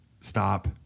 stop